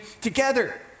together